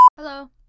Hello